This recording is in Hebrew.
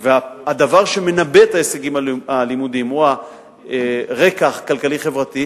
והדבר שמנבא את ההישגים הלימודיים הוא הרקע הכלכלי-החברתי,